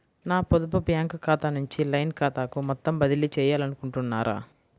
నా పొదుపు బ్యాంకు ఖాతా నుంచి లైన్ ఖాతాకు మొత్తం బదిలీ చేయాలనుకుంటున్నారా?